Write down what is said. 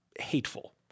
hateful